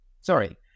Sorry